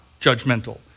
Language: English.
judgmental